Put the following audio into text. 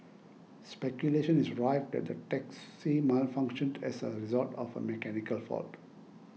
speculation is rife that the taxi malfunctioned as a result of a mechanical fault